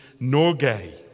Norgay